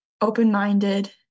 open-minded